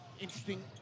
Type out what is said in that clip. Interesting